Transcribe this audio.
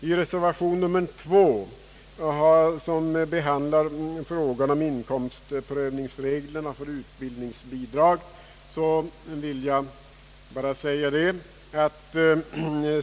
I reservationen vid punkten 2 behandlas frågan om inkomstprövningsreglerna för utbildningsbidrag.